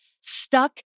stuck